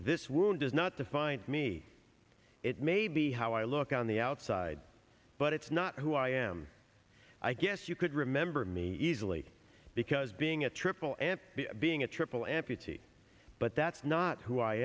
this wound does not define me it may maybe how i look on the outside but it's not who i am i guess you could remember me easily because being a triple and being a triple amputee but that's not who i